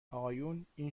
اقایون، این